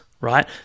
right